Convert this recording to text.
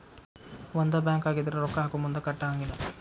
ಒಂದ ಬ್ಯಾಂಕ್ ಆಗಿದ್ರ ರೊಕ್ಕಾ ಹಾಕೊಮುನ್ದಾ ಕಟ್ ಆಗಂಗಿಲ್ಲಾ